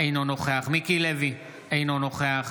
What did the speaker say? אינו נוכח